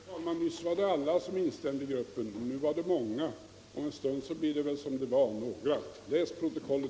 Herr talman! Nyss var det alla i gruppen som instämde. Nu var det många. Om en stund blir det väl, som det var, några. Läs protokollet!